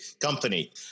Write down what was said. company